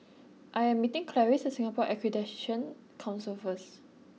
I am meeting Clarice at Singapore Accreditation Council first